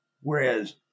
Whereas